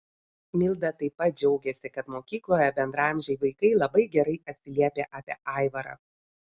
milda taip pat džiaugiasi kad mokykloje bendraamžiai vaikai labai gerai atsiliepia apie aivarą